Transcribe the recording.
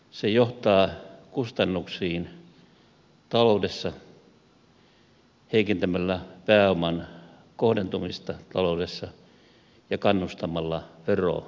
se johtaa kustannuksiin taloudessa heikentämällä pääoman kohdentumista taloudessa ja kannustamalla verosuunnitteluun